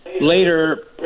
later